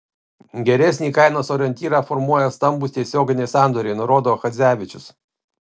geresnį kainos orientyrą formuoja stambūs tiesioginiai sandoriai nurodo chadzevičius